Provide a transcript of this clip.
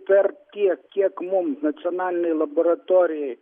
per tiek kiek mum nacionalinei laboratorijai